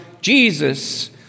Jesus